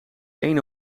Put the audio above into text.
ene